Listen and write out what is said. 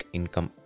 Income